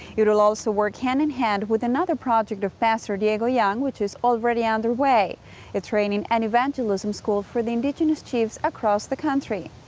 it will also work hand in hand with another project of pastor diego yang, which is already underway a training and evangelism school for the indigenous chiefs across the country.